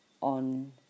on